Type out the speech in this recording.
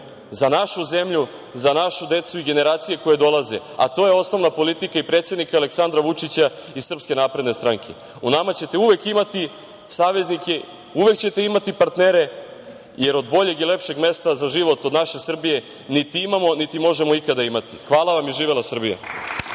za našu zemlju, za našu decu i generacije koje dolaze, a to je osnovna politika i predsednika Aleksandra Vučića i SNS. U nama ćete uvek imati saveznike, uvek ćete imati partnere, jer od boljeg i lepšeg mesta za život od naše Srbije niti imamo, niti možemo ikad imati. Hvala vam i živela Srbija.